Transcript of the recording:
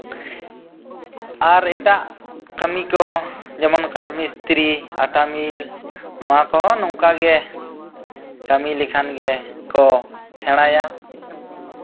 ᱟᱨ ᱮᱴᱟᱜ ᱠᱟᱹᱢᱤ ᱠᱚ ᱡᱮᱢᱚᱱ ᱠᱟᱴᱷ ᱢᱤᱥᱛᱨᱤ ᱟᱴᱟ ᱢᱤᱞ ᱱᱚᱶᱟ ᱠᱚᱦᱚᱸ ᱱᱚᱝᱠᱟ ᱜᱮ ᱠᱟᱹᱢᱤ ᱞᱮᱠᱷᱟᱱ ᱜᱮᱠᱚ ᱥᱮᱬᱟᱭᱟ